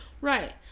right